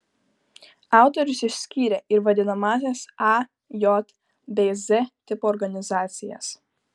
autorius išskyrė ir vadinamąsias a j bei z tipo organizacijas